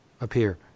appear